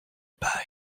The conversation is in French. paille